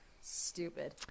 Stupid